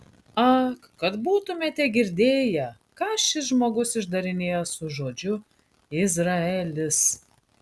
ak kad būtumėte girdėję ką šis žmogus išdarinėja su žodžiu izraelis